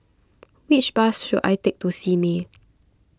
which bus should I take to Simei